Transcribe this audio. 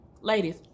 Ladies